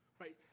right